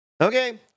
Okay